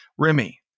Remy